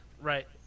Right